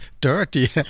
dirty